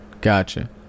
gotcha